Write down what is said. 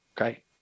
okay